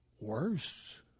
Worse